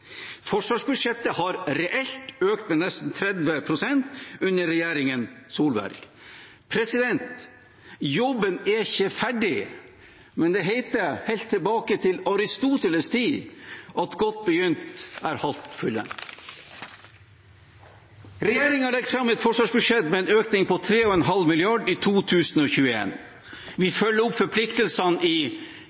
Forsvarsbudsjettet har reelt økt med nesten 30 pst. under regjeringen Solberg. Jobben er ikke ferdig, men det heter helt tilbake til Aristoteles’ tid at godt begynt er halvt fullendt. Regjeringen legger fram et forsvarsbudsjett med en økning på 3,5 mrd. kr for 2021. Vi følger opp forpliktelsene i